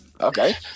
Okay